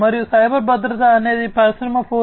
మరియు సైబర్ భద్రత అనేది పరిశ్రమ 4